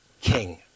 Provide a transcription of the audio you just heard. king